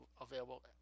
available